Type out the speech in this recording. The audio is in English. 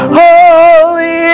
holy